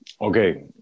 Okay